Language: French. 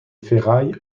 ferrailles